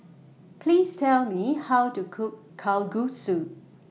Please Tell Me How to Cook Kalguksu